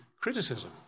criticism